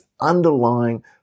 underlying